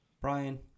Brian